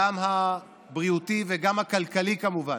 גם הבריאותי וגם הכלכלי, כמובן,